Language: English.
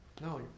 No